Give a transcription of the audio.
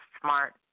smart